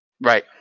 Right